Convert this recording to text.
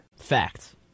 Fact